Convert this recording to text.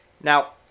Now